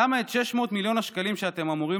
למה את 600 מיליון השקלים שאתם אמורים